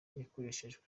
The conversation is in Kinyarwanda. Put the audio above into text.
yakoreshejwe